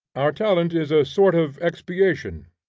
our talent is a sort of expiation,